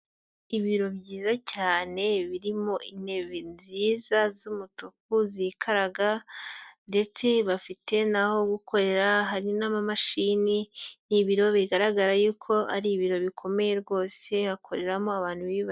Ibiro byiza cyane, birimo intebe nziza, z'umutuku zikaraga, ndetse bafite n'aho gukorera, hari n'amamashini, ni ibiro bigaragara yuko, ari ibiro bikomeye rwose, hakoreramo abantu biyubashye.